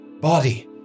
body